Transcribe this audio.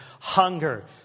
Hunger